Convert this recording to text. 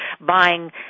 buying